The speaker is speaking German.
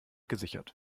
gesichert